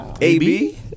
AB